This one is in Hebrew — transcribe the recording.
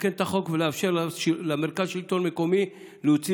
לתקן את החוק ולאפשר למרכז השלטון המקומי להוציא